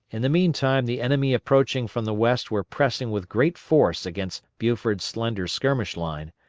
in the meantime the enemy approaching from the west were pressing with great force against buford's slender skirmish line,